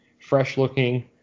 fresh-looking